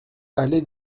allée